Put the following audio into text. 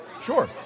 Sure